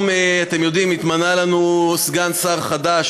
התמנה לנו סגן שר חדש,